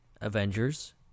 Avengers